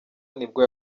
nibwo